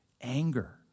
anger